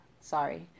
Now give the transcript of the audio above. Sorry